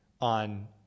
on